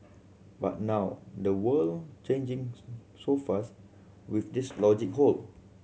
but now the world changing so fast with this logic hold